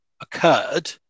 occurred